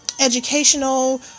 educational